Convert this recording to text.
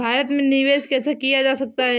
भारत में निवेश कैसे किया जा सकता है?